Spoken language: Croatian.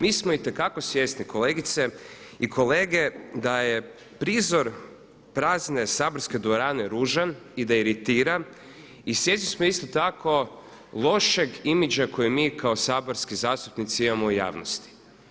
Mi smo itekako svjesni kolegice i kolege da je prizor prazne saborske dvorane ružan i da iritira i svjesni smo isto tako lošeg imidža kojeg mi kao saborski zastupnici imamo u javnosti.